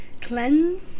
cleanse